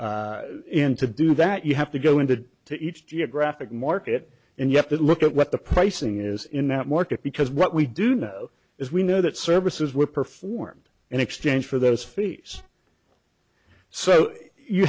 reasonable and to do that you have to go into to each geographic market and you have to look at what the pricing is in that market because what we do know is we know that services were performed in exchange for those fees so you